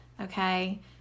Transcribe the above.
okay